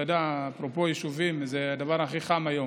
אתה יודע, אפרופו יישובים, זה הדבר הכי חם היום.